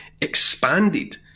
expanded